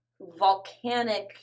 volcanic